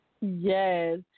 Yes